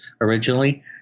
originally